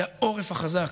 והעורף החזק,